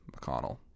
McConnell